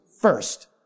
first